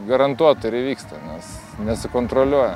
garantuotai ir įvyksta nes nesikontroliuoja